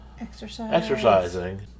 exercising